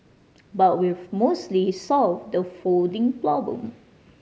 but we've mostly solved the folding problem